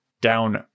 down